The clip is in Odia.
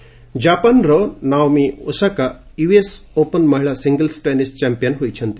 ୟୁଏସ୍ ଓପନ୍ ଜାପାନ୍ର ନାଓମି ଓସାକା ୟୁଏସ୍ ଓପନ୍ ମହିଳା ସିଙ୍ଗଲ୍ ଟେନିସ୍ ଚମ୍ପିୟାନ୍ ହୋଇଛନ୍ତି